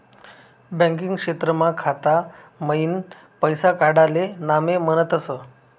banking क्षेत्रमा खाता मईन पैसा काडाले नामे म्हनतस